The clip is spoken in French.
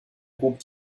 groupe